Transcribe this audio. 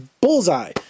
bullseye